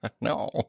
No